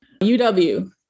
UW